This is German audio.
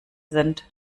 sind